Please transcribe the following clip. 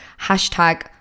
hashtag